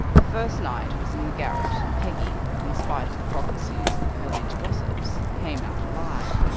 the first night was in the garret, and peggy, in spite of the prophecies of the village gossips, came out alive,